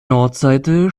nordseite